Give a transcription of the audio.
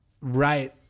right